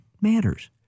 matters